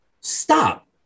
stop